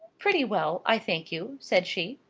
pretty well, i thank you, said she.